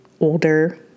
older